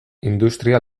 industria